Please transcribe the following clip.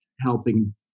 helping